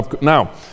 now